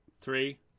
three